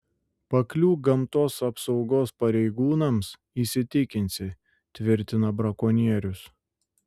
pakliūk gamtos apsaugos pareigūnams įsitikinsi tvirtina brakonierius